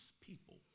people